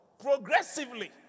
progressively